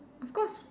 of course